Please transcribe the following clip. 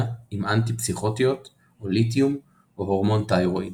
עם אנטי-פסיכוטיות\ליתיום\הורמון תירואיד.